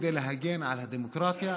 כדי להגן על הדמוקרטיה,